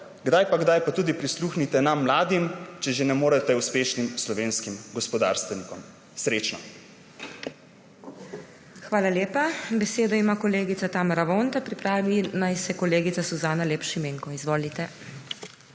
kdaj pa kdaj pa tudi prisluhnite nam mladim, če že ne morete uspešnim slovenskim gospodarstvenikom. Srečno. PODPREDSEDNICA MAG. MEIRA HOT: Hvala lepa. Besedo ima kolegica Tamara Vonta. Pripravi naj se kolegica Suzana Lep Šimenko. Izvolite.